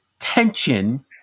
tension